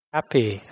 happy